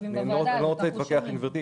אני לא רוצה להתווכח עם גבירתי,